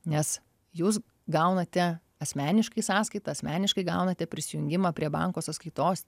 nes jūs gaunate asmeniškai sąskaitą asmeniškai gaunate prisijungimą prie banko sąskaitos